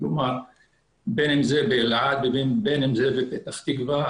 בין אם זה באלעד ובין אם זה בפתח תקווה.